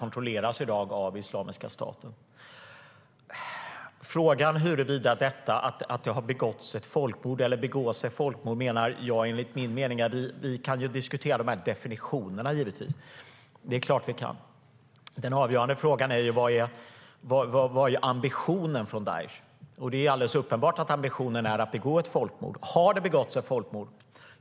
När det gäller huruvida det har begåtts eller begås ett folkmord kan vi enligt min mening givetvis diskutera definitionerna. Det är klart att vi kan. Men den avgörande frågan är vad ambitionen är från Daesh, och det är alldeles uppenbart att ambitionen är att begå ett folkmord. Har det begåtts ett folkmord?